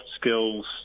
skills